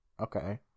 Okay